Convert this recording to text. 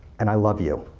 and i love you.